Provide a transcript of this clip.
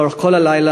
לאורך כל הלילה.